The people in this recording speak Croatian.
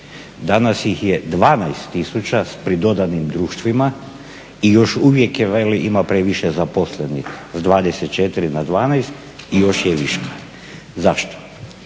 Danas ih je 12000 s pridodanim društvima i još uvijek je veli ima previše zaposlenih, s 24 na 12 i još je viška. Zašto?